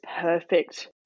perfect